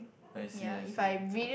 I see I see